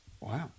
Wow